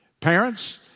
Parents